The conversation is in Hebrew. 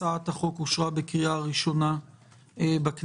הצעת החוק אושרה בקריאה הראשונה בכנסת.